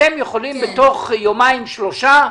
אתם יכולים בתוך יומיים שלושה,